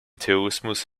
terrorismus